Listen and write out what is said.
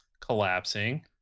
collapsing